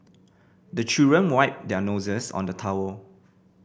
the children wipe their noses on the towel